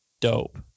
dope